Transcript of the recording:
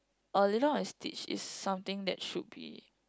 oh Lilo and Stitch is something that should be